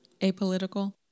apolitical